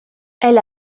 elle